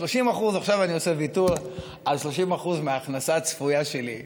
30%. עכשיו אני עושה ויתור על 30% מההכנסה הצפויה שלי.